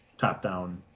top-down